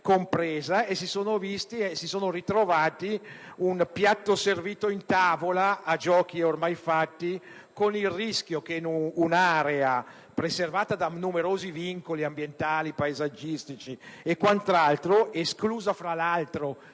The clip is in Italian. e si sono ritrovati un piatto servito in tavola a giochi ormai fatti, con il rischio che un’area preservata da numerosi vincoli paesaggistici ed ambientali, esclusa da attivita